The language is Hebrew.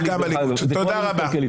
תודה רבה.